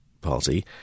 Party